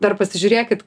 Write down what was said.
dar pasižiūrėkit